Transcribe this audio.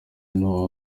n’uwo